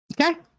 Okay